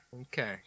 Okay